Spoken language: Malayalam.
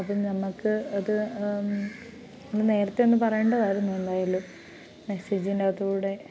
അപ്പോൾ ഞമ്മക്ക് അത് ഇന്ന് നേരത്തെ ഒന്ന് പറയേണ്ടതായിരുന്നു എന്തായാലും മെസ്സേജിൻ്റെ അകത്തൂടെ